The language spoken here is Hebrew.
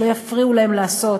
שלא יפריעו להן לעשות,